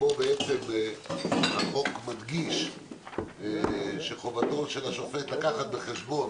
שבו בעצם החוק מדגיש שחובתו של השופט לקחת בחשבון